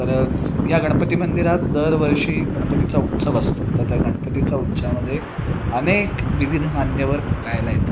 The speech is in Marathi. तर ह्या गणपती मंदिरात दरवर्षी गणपतीचा उत्सव असतो तर त्या गणपतीचा उत्सवामध्ये अनेक विविध मान्यवर गायला येतात